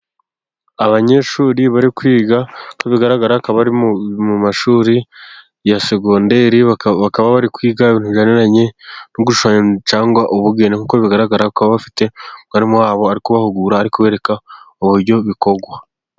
Abanyeshuri bari kwiga, nkuko bigaragara bakaba bari mu mashuri ya segonderi, bakaba bari kwiga ibintu bijyaniranye no gushushanya cyangwa ubugeni, nkuko bigaragara ko bafite umwarimu wabo ari kubahugura, ari kubereka uburyo bikorwa.